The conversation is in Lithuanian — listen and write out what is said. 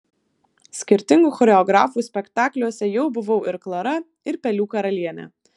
skirtingų choreografų spektakliuose jau buvau ir klara ir pelių karalienė